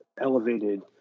elevated